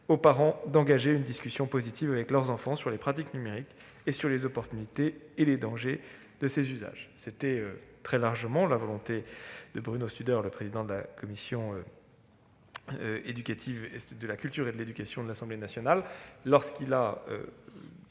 aux parents d'engager une discussion positive avec leurs enfants sur les pratiques numériques, ainsi que sur les opportunités et les dangers de leurs usages. Telle était très largement la volonté de Bruno Studer, président de la commission des affaires culturelles et de l'éducation de l'Assemblée nationale, lorsqu'il a